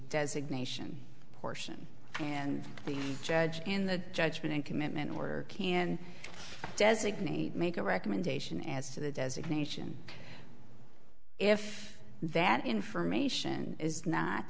designation portion and the judge in the judgment and commitment or designate make a recommendation as to the designation if that information is not